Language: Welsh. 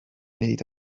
wneud